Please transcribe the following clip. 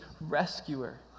rescuer